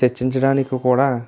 చర్చించడానికి కూడా